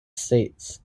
states